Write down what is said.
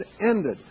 ended